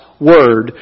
Word